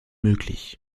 möglich